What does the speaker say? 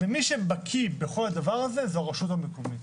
ומי שבקיא בכל הדבר הזה, זה הרשות המקומית.